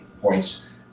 points